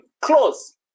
close